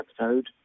episode